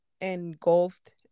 engulfed